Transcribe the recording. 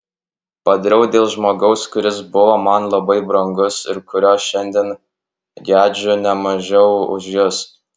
padariau dėl žmogaus kuris buvo man labai brangus ir kurio šiandien gedžiu ne mažiau už jus